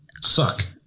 suck